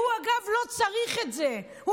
הוא, אגב, לא צריך את זה.